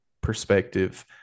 perspective